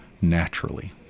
naturally